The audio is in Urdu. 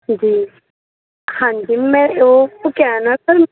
جی ہاں جی میں کو کیا ہے نا سر